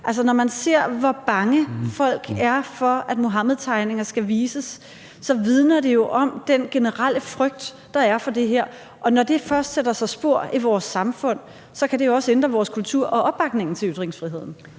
Når man ser, hvor bange folk er for, at Muhammedtegningerne skal vises, så vidner det jo om den generelle frygt, der er for det her, og når det først sætter sig spor i vores samfund, så kan det også ændre vores kultur og opbakningen til ytringsfriheden.